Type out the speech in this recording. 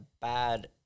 bad